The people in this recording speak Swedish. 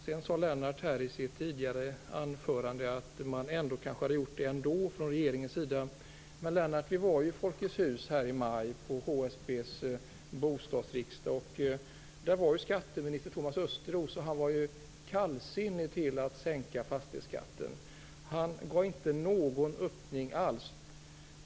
Sedan sade Lennart i sitt tidigare anförande att regeringen kanske hade gjort det ändå. Men, Lennart, vi var ju i Folkets hus i maj på HSB:s bostadsriksdag, och där var också skatteminister Thomas Östros. Han var kallsinnig till att sänka fastighetsskatten och gav inte någon öppning alls.